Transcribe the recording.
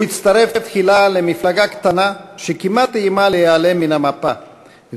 הוא הצטרף תחילה למפלגה קטנה שכמעט איימה להיעלם מן המפה,